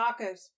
tacos